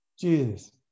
Jesus